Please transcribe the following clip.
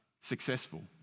successful